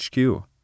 HQ